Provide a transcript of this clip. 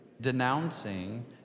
denouncing